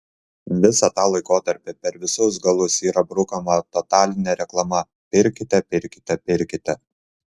visą tą laikotarpį per visus galus yra brukama totalinė reklama pirkite pirkite pirkite